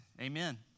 Amen